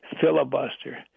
filibuster